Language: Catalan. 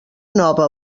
nova